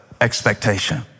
expectation